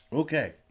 Okay